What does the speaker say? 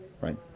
right